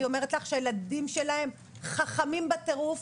אני אומרת לך שהילדים שלהם חכמים בטירוף